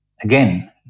again